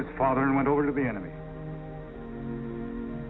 his father and went over to the enemy